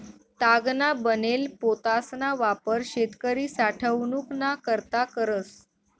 तागना बनेल पोतासना वापर शेतकरी साठवनूक ना करता करस